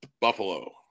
Buffalo